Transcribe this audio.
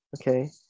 Okay